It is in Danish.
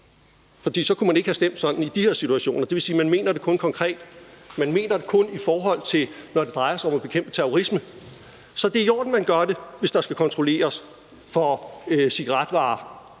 for så kunne man ikke have stemt sådan i de andre situationer. Det vil sige, at man kun mener det, når det drejer sig om at bekæmpe terrorisme. Så det er i orden, man gør det, hvis der skal kontrolleres for tobaksvarer.